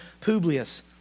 Publius